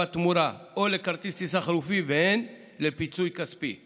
תמורה או לכרטיס טיסה חלופי והן לפיצוי כספי.